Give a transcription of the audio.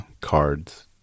cards